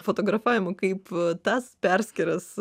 fotografavimo kaip tas perskyras